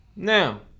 Now